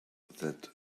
that